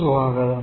സ്വാഗതം